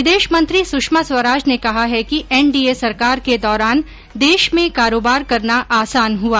विदेशमंत्री सुषमा स्वराज ने कहा है कि एनडीए सरकार के दौरान देश में कारोबार करना आसान हुआ